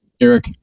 eric